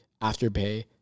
Afterpay